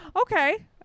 Okay